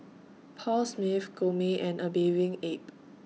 Paul Smith Gourmet and A Bathing Ape